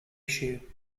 issue